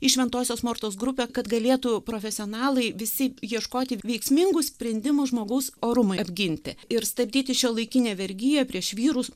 į šventosios mortos grupę kad galėtų profesionalai visi ieškoti veiksmingų sprendimų žmogaus orumui apginti ir stabdyti šiuolaikinę vergiją prieš vyrus